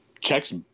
Checks